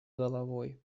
головой